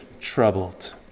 troubled